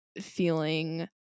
feeling